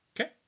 Okay